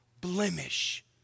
blemish